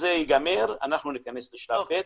כשזה ייגמר אנחנו ניכנס לשלב ב',